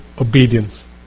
obedience